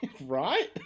right